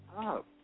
up